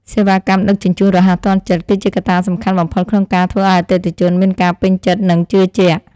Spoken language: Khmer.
សេវាកម្មដឹកជញ្ជូនរហ័សទាន់ចិត្ត គឺជាកត្តាសំខាន់បំផុតក្នុងការធ្វើឱ្យអតិថិជនមានការពេញចិត្តនិងជឿជាក់។